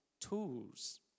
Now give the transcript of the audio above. tools